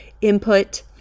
input